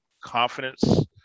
confidence